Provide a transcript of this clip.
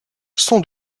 son